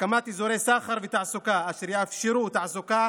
הקמת אזורי סחר ותעסוקה אשר יאפשרו תעסוקה